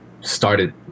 started